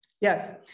Yes